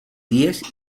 diez